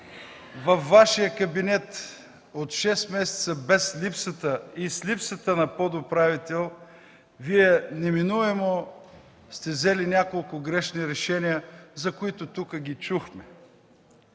във Вашия кабинет от шест месеца, без липсата и с липсата на подуправител, Вие неминуемо сте взели няколко грешни решения, за които чухме